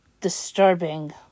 disturbing